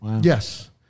Yes